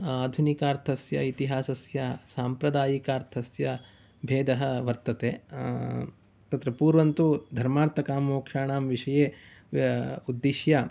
आधुनिकार्थस्य इतिहासस्य साम्प्रदायिकार्थस्य भेदः वर्तते तत्र पूर्वं तु धर्मार्थकाममोक्षाणां विषये उद्दिश्य